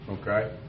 Okay